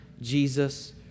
Jesus